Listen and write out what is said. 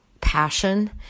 passion